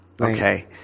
Okay